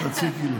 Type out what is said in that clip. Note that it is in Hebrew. תציקי לי.